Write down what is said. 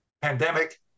pandemic